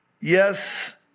Yes